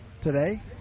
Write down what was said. Today